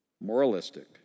Moralistic